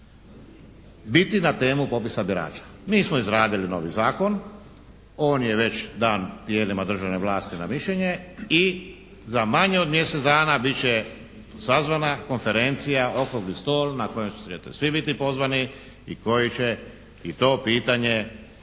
biti na temu popisa birača. Mi smo izradili novi zakon, on je već dan tijelima državne vlasti na mišljenje i za manje od mjesec dana bit će sazvana konferencija, okrugli stol na kojem ćete svi biti pozvani i koji će i to pitanje